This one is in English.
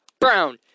brown